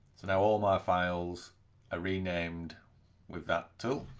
now all my files are renamed with that tool,